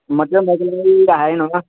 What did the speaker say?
आहे ना